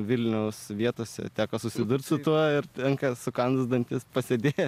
vilniaus vietose teko susidurt su tuo ir tenka sukandus dantis pasėdėt